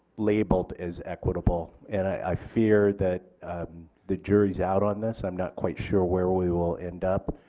label as equitable and i fear that the jury is out on this i am not quite sure where we will end up.